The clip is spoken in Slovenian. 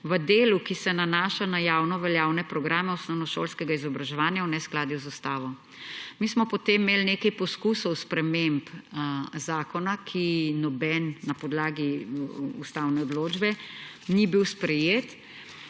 v delu, ki se nanaša na javnoveljavne programe osnovnošolskega izobraževanja, v neskladju z ustavo. Mi smo potem imeli nekaj poskusov sprememb zakona, noben na podlagi ustavne odločbe ni bil sprejet.